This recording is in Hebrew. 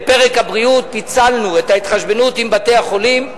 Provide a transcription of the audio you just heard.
בפרק הבריאות פיצלנו את ההתחשבנות עם בתי-החולים,